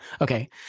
Okay